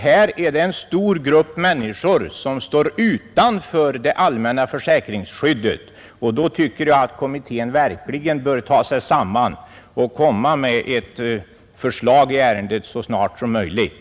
Här är det en stor grupp människor som står utanför det allmänna försäkringsskyddet, och då tycker jag att kommittén verkligen bör ta sig samman och komma med ett förslag i ärendet så snart som möjligt.